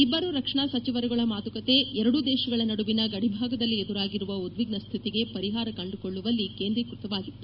ಇಬ್ಬರು ರಕ್ಷಣಾ ಸಚಿವರುಗಳ ಮಾತುಕತೆ ಎರಡೂ ದೇಶಗಳ ನಡುವಿನ ಗದಿಭಾಗದಲ್ಲಿ ಎದುರಾಗಿರುವ ಉದ್ವಿಗ್ನಸ್ಡಿತಿಗೆ ಪರಿಹಾರ ಕಂದುಕೊಳ್ಳುವಲ್ಲಿ ಕೇಂದ್ರೀಕೃತವಾಗಿತ್ತು